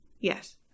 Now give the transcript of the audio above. Yes